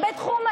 חמור לא פחות,